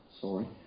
sorry